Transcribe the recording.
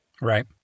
Right